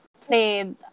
played